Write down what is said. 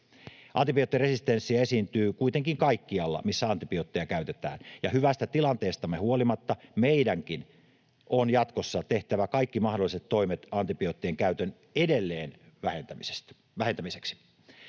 Antibioottiresistenssiä esiintyy kuitenkin kaikkialla, missä antibiootteja käytetään, ja hyvästä tilanteestamme huolimatta meidänkin on jatkossa tehtävä kaikki mahdolliset toimet antibioottien käytön vähentämiseksi